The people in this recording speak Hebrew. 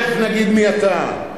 תיכף נגיד מי אתה.